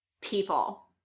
People